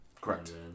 Correct